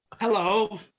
Hello